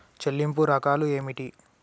చెల్లింపు రకాలు ఏమిటి?